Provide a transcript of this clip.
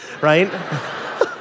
right